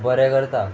बरें करता